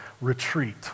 retreat